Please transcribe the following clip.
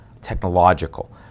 technological